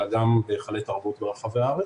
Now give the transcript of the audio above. אלא גם בהיכלי תרבות ברחבי הארץ.